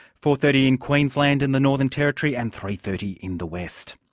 four. thirty in queensland and the northern territory and three. thirty in the west.